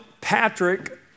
Patrick